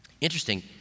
Interesting